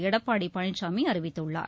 எடப்பாடி பழனிசாமி அறிவித்துள்ளார்